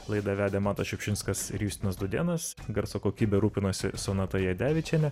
laidą vedė matas šiupšinskas ir justinas dudėnas garso kokybe rūpinasi sonata jadevičienė